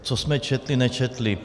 Co jsme četli nečetli.